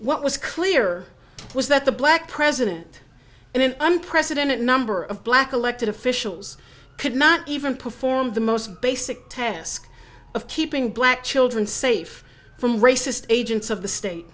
what was clear was that the black president and an unprecedented number of black elected officials could not even perform the most basic task of keeping black children safe from racist agents of the state